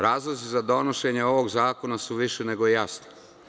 Razlozi za donošenje ovog zakona su više nego jasni.